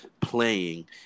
playing